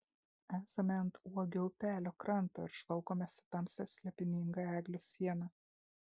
esame ant uogio upelio kranto ir žvalgomės į tamsią slėpiningą eglių sieną